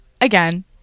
again